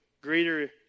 Greater